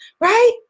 Right